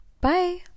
Bye